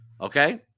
Okay